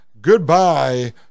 goodbye